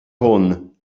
hwn